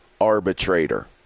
arbitrator